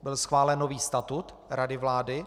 Byl schválen nový statut rady vlády.